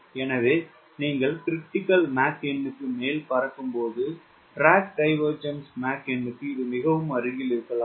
எனவே நீங்கள் critical Mach எண்ணுக்கு மேல் பறக்கும் போது ட்ராக் டைவேர்ஜ்ன்ஸ் மாக் எண்ணுக்கு இது மிகவும் அருகில் இருக்கலாம்